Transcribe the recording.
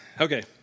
Okay